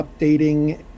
updating